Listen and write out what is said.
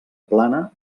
plana